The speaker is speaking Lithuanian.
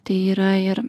tai yra ir